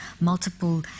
multiple